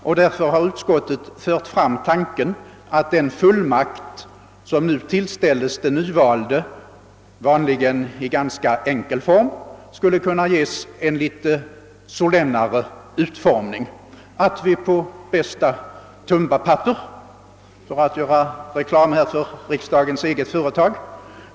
Utskottet har därför fört fram tanken att den fullmakt i vanligen ganska enkel form som nu tillställs den nyvalde skulle kunna ges en något mer solenn utformning, t.ex. så att vi på bästa Tumbapapper — för att nu göra reklam för riksdagens eget företag!